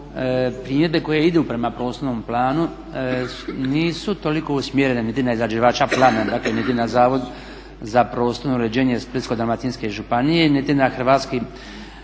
primjedbe koje idu prema prostornom planu nisu toliko usmjerene niti na izrađivača plana dakle niti na Zavod za prostorno uređenje Splitsko-dalmatinske županije niti na Hrvatski